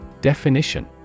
Definition